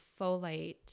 folate